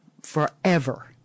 forever